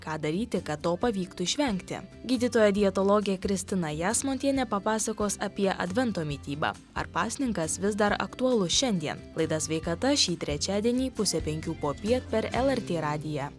ką daryti kad to pavyktų išvengti gydytoja dietologė kristina jasmontienė papasakos apie advento mitybą ar pasninkas vis dar aktualus šiandien laida sveikata šį trečiadienį pusę penkių popiet per lrt radiją